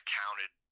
counted